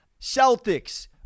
Celtics